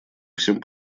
всем